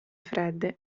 fredde